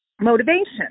motivation